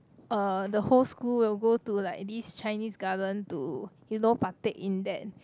uh the whole school will go to like this Chinese-Garden to you know partake in that